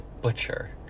butcher